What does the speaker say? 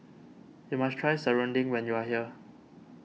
you must try Serunding when you are here